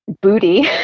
booty